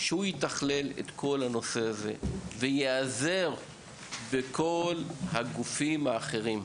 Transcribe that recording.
שהוא יתכלל את כל הנושא הזה וייעזר בכל הגופים האחרים.